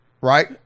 right